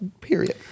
period